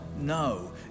no